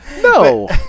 No